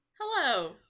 Hello